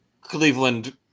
Cleveland